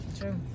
True